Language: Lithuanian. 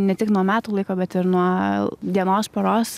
ne tik nuo metų laiko bet ir nuo dienos paros